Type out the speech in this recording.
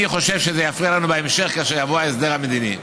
אני חושב שזה יפריע לנו בהמשך כאשר יבוא ההסדר המדיני.